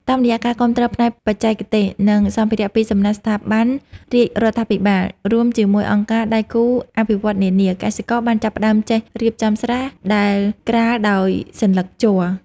តាមរយៈការគាំទ្រផ្នែកបច្ចេកទេស និងសម្ភារៈពីសំណាក់ស្ថាប័នរាជរដ្ឋាភិបាល រួមជាមួយអង្គការដៃគូអភិវឌ្ឍន៍នានា កសិករបានចាប់ផ្ដើមចេះរៀបចំស្រះដែលក្រាលដោយសន្លឹកជ័រ។